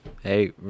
Hey